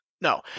No